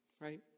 right